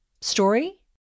Story